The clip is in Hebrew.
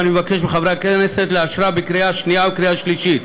ואני מבקש מחברי הכנסת לאשרה בקריאה שנייה ובקריאה שלישית.